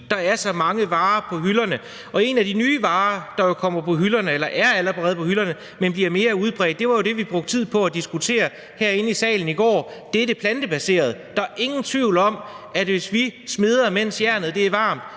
der er så mange varer på hylderne. Og en af de nye varer, der jo kommer på hylderne – eller allerede er på hylderne, men bliver mere udbredt – er jo det, vi brugte tid på at diskutere herinde i salen i går: det plantebaserede. Der er ingen tvivl om, at hvis vi smeder, mens jernet er varmt,